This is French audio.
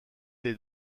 des